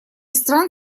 стран